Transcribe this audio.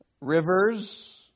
rivers